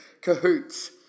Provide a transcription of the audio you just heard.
Cahoots